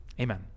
Amen